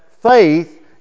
Faith